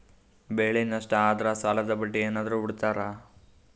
ಬೆಳೆ ನಷ್ಟ ಆದ್ರ ಸಾಲದ ಬಡ್ಡಿ ಏನಾದ್ರು ಬಿಡ್ತಿರಾ?